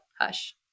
hush